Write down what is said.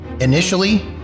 Initially